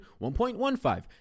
1.15